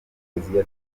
yateguriye